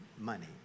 money